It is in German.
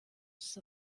ist